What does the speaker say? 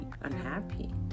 unhappy